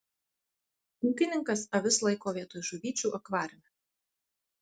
ūkininkas avis laiko vietoj žuvyčių akvariume